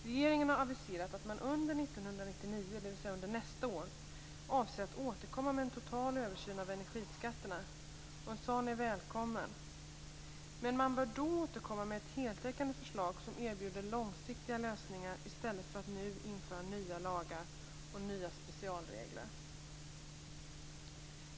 Regeringen har aviserat att man under 1999 avser att återkomma med en total översyn av energiskatterna. En sådan är välkommen. Men man bör då återkomma med heltäckande förslag som erbjuder långsiktiga lösningar i stället för att nu införa nya lagar och nya specialregler.